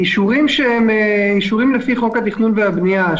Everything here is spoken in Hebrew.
אישורים שהם אישורים לפי חוק התכנון והבנייה,